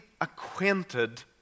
acquainted